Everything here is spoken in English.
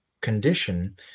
condition